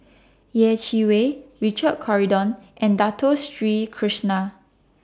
Yeh Chi Wei Richard Corridon and Dato Sri Krishna